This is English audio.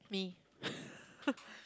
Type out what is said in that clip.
me